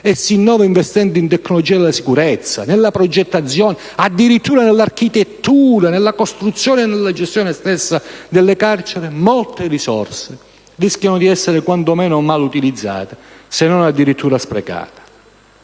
e si innova investendo in tecnologia della sicurezza, nella progettazione, addirittura nell'architettura, nella costruzione e nella gestione stessa delle carceri, molte risorse rischiano di essere quanto meno mal utilizzate, se non addirittura sprecate.